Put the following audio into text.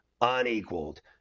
unequaled